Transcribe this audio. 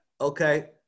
Okay